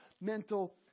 Mental